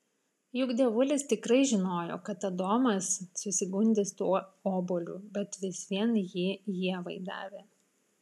juk dievulis tikrai žinojo kad adomas susigundys tuo obuoliu bet vis vien jį ievai davė